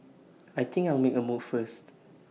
I think I'll make A move first